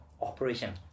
operation